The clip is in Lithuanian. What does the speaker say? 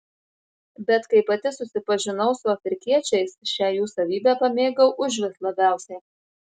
bet kai pati susipažinau su afrikiečiais šią jų savybę pamėgau užvis labiausiai